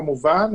כמובן,